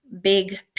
big